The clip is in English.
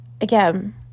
again